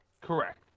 Correct